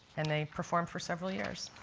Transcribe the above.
and they performed for several years.